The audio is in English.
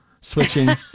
switching